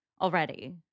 already